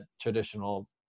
traditional